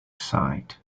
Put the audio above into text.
side